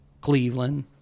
Cleveland